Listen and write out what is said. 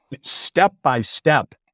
step-by-step